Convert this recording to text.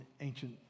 ancient